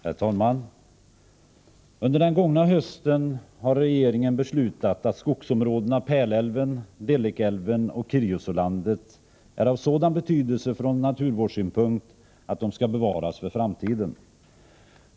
Herr talman! Under den gångna hösten har regeringen beslutat att skogsområdena Pärlälven, Dellikälven och Kirjesålandet är av sådan betydelse från naturvårdssynpunkt att de skall bevaras för framtiden.